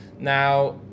Now